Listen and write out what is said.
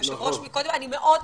ליושב ראש מקודם --- נכון.